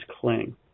cling